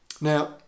Now